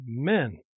Amen